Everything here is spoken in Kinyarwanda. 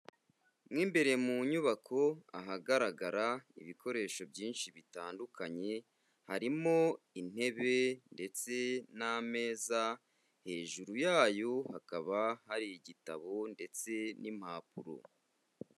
Mo imbere mu nyubako, ahagaragara ibikoresho byinshi bitandukanye, harimo intebe ndetse n'ameza, hejuru yayo hakaba hari igitabo ndetse n'impapuro.